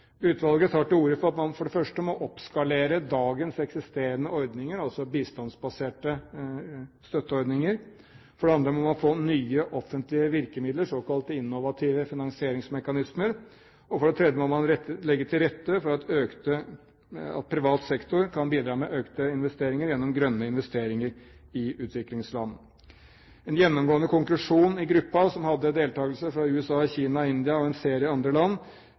Utvalget tar til orde for at man for det første må oppskalere dagens eksisterende ordninger, altså bistandsbaserte støtteordninger. For det andre må man få nye offentlige virkemidler, såkalte innovative finansieringsmekanismer, og for det tredje må man legge til rette for at privat sektor kan bidra med økte investeringer gjennom grønne investeringer i utviklingsland. En gjennomgående konklusjon i gruppen, som hadde deltakelse fra USA, Kina, India og en serie andre land,